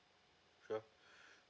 sure